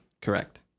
correct